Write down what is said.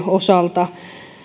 osalta